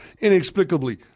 inexplicably